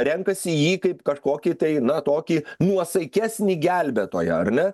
renkasi jį kaip kažkokį tai na tokį nuosaikesnį gelbėtoją ar ne